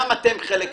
גם אתם חלק מזה.